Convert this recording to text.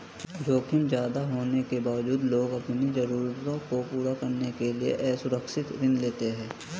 जोखिम ज्यादा होने के बावजूद लोग अपनी जरूरतों को पूरा करने के लिए असुरक्षित ऋण लेते हैं